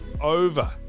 over